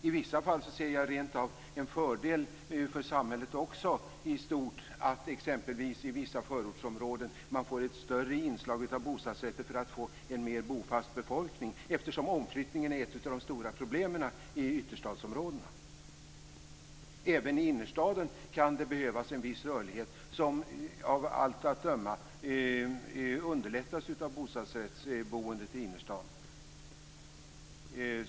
I vissa fall ser jag rent av en fördel också för samhället i stort i att man i exempelvis i vissa förortsområden får ett större inslag av bostadsrätter och därmed en mer bofast befolkning, eftersom omflyttningen är ett av de stora problemen i ytterstadsområdena. Även i innerstaden kan det behövas en viss rörlighet, som av allt att döma underlättas av bostadsrättsboendet i innerstaden.